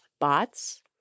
bots